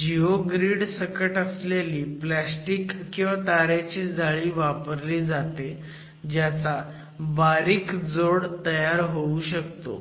geogrid सकट असलेली plastic किंवा तारेची जाळी वापरली जाते ज्याचा बारीक जोड तयार होऊ शकतो